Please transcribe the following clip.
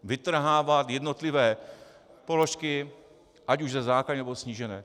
Vytrhávat jednotlivé položky, ať už ze základní, nebo snížené...